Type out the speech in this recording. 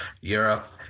europe